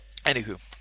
Anywho